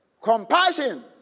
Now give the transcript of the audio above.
Compassion